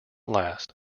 last